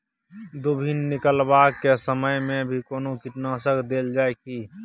दुभी निकलबाक के समय मे भी कोनो कीटनाशक देल जाय की?